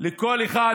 לכל אחד